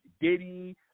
Diddy